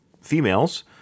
females